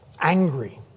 angry